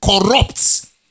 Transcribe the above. corrupts